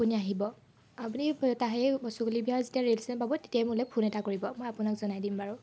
আপুনি আহিব আপুনি চুকুলো ভূঞা যেতিয়া ৰে'ল ষ্টেশ্যন পাব তেতিয়াই মোলৈ এটা ফোন কৰিব মই আপোনাক জনাই দিম বাৰু